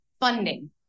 funding